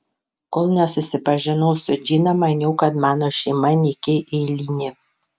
kol nesusipažinau su džina maniau kad mano šeima nykiai eilinė